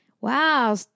Wow